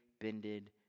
bended